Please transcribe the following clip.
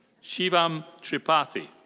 shivam tripathi.